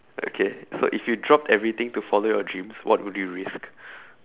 okay so if you dropped everything to follow your dreams what would you risk